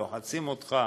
לוחצים אותך,